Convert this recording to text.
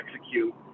execute